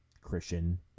Christian